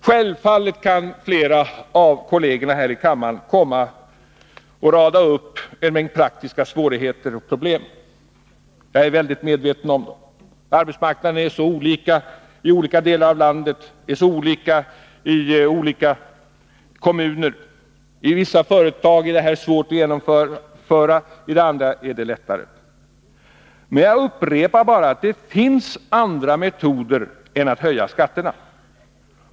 Självfallet kan flera av kollegerna här i kammaren rada upp en mängd praktiska svårigheter och problem — jag är mycket medveten om det. Arbetsmarknaden är så olika i olika delar av landet, så olika i olika kommuner. I vissa företag är det svårt att genomföra detta, i andra är det lättare. Men jag upprepar bara: Det finns andra metoder än att höja skatterna.